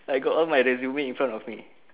I got all my resume in front of me